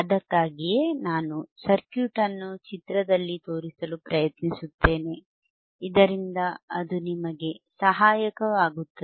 ಅದಕ್ಕಾಗಿಯೇ ನಾನು ಸರ್ಕ್ಯೂಟ್ ಅನ್ನು ಚಿತ್ರದಲ್ಲಿ ತೋರಿಸಲು ಪ್ರಯತ್ನಿಸುತ್ತೇನೆ ಇದರಿಂದ ಅದು ನಿಮಗೆ ಸಹಾಯಕವಾಗುತ್ತದೆ